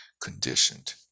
conditioned